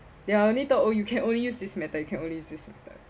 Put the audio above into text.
their only thought oh you can only use this method you can only use this method